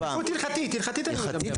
כפיפות הלכתית אני מדבר.